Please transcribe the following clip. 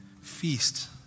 feast